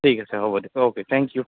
ঠিক আছে হ'ব দিয়ক অ'কে থেংক ইউ